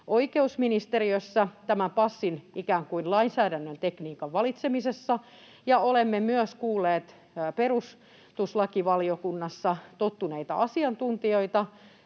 oikeusministeriössä, tämän passin lainsäädännön tekniikan valitsemisessa, ja olemme myös kuulleet perustuslakivaliokunnassa tottuneita perusoikeuksien